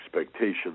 expectations